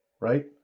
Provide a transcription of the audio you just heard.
right